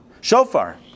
Shofar